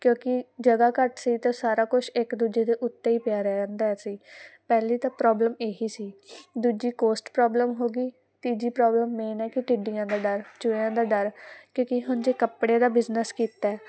ਕਿਉਂਕਿ ਜਗਾ ਘੱਟ ਸੀ ਤਾਂ ਸਾਰਾ ਕੁਝ ਇੱਕ ਦੂਜੇ ਦੇ ਉੱਤੇ ਹੀ ਪਿਆ ਰਹਿ ਜਾਂਦਾ ਸੀ ਪਹਿਲੀ ਤਾਂ ਪ੍ਰੋਬਲਮ ਇਹੀ ਸੀ ਦੂਜੀ ਕੋਸਟ ਪ੍ਰੋਬਲਮ ਹੋ ਗਈ ਤੀਜੀ ਪ੍ਰੋਬਲਮ ਮੇਨ ਹੈ ਕਿ ਟਿੱਡੀਆਂ ਦਾ ਡਰ ਚੂਹਿਆਂ ਦਾ ਡਰ ਕਿਉਂਕਿ ਹੁਣ ਜੇ ਕੱਪੜੇ ਦਾ ਬਿਜ਼ਨਸ ਕੀਤਾ